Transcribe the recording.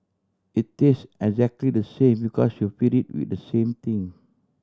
it tastes exactly the same because you feed it with the same thing